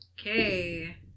Okay